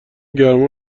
گرما